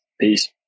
Peace